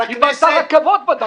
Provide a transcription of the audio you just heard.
היא בנתה רכבות בדרום.